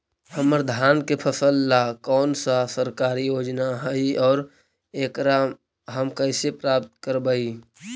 हमर धान के फ़सल ला कौन सा सरकारी योजना हई और एकरा हम कैसे प्राप्त करबई?